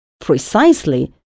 precisely